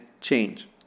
change